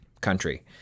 country